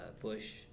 Bush